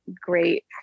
great